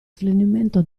snellimento